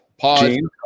pause